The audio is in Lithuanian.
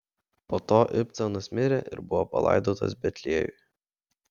po to ibcanas mirė ir buvo palaidotas betliejuje